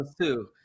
two